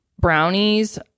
Brownies